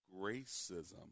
Gracism